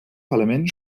parlament